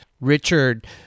Richard